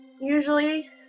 Usually